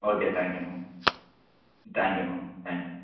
okay thank you ma'am thank you ma'am thank you